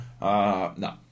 No